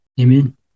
amen